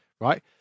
Right